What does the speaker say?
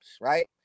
right